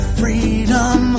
freedom